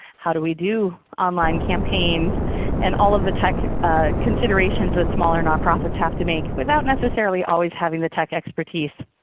how do we do online campaigns and all of the tech ah considerations considerations that smaller nonprofits have to make without necessarily always having the tech expertise.